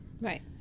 Right